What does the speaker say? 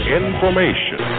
information